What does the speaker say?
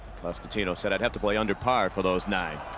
constantino said i'd have to play under par for those nine.